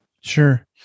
Sure